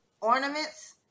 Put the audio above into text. ornaments